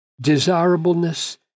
desirableness